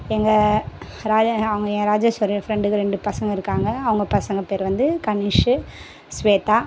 எங்கள் ராஜ அவங்க ஏ ராஜேஷ்வரி என் ஃப்ரெண்டுக்கு ரெண்டு பசங்க இருக்காங்க அவங்க பசங்க பேர் வந்து கனிஷ்ஷு ஸ்வேதா